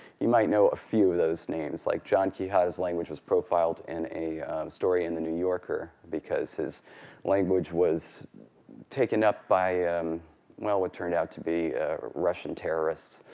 you might know a few of those names. like john quijada's language was profiled in a story in the new yorker, because his language was taken up by um what turned out to be russian terrorists.